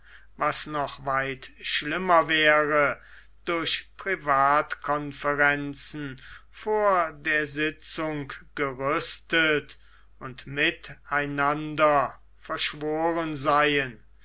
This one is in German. was noch weit schlimmer wäre durch privatkonferenzen vor der sitzung gerüstet und mit einander verschworen seien